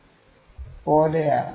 32 പോലെയാണ്